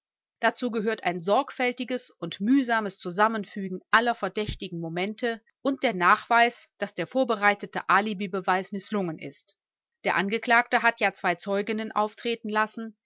dazu gehört ein sorgfältiges und mühsames zusammenfügen aller verdächtigen momente und der nachweis daß der vorbereitete alibibeweis mißlungen ist der angeklagte hat ja zwei zeuginnen auftreten lassen